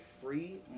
free